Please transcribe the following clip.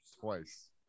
twice